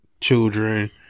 children